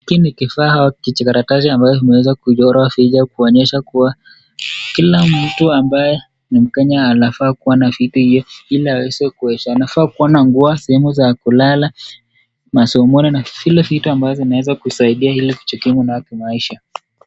Hiki ni kifaa au kijikaratasi ambayo kimeweza kuchorwa picha kuonyesha kuwa kila mtu ambaye ni mkenya anafaa kuwa na vitu hiyo ili aweze kuishi. Anafaa kuwa na nguo, sehemu za kulala, masomoni na vile vitu ambavyo vinaweza kukusaidia ili kujikimu nayo kimaisha.